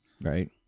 Right